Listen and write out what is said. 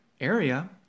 area